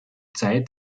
zeit